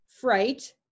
fright